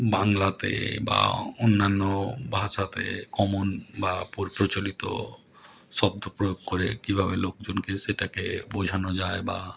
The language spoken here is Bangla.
বাংলাতে বা অন্যান্য ভাষাতে কমন বা প্র প্রচলিত শব্দ প্রয়োগ করে কীভাবে লোকজনকে সেটাকে বোঝানো যায় বা